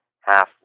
half